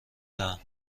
دهم